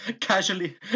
casually